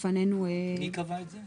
מי קבע את זה?